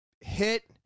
hit